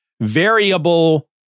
Variable